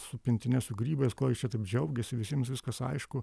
su pintine su grybais ko jis čia taip džiaugiasi visiems viskas aišku